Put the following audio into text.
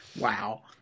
Wow